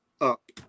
up